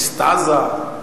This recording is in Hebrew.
אקסטזה?